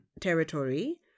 territory